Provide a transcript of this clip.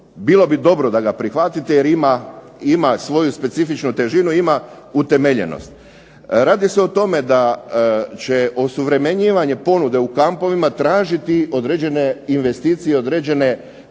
Bilo bi dobro da ga prihvatite jer ima svoju specifičnu težinu, ima utemeljenost. Radi se o tome da će osuvremenjivanje ponude u kampovima tražiti određene investicije, određene